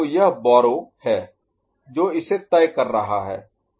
तो यह बोरो है जो इसे तय कर रहा है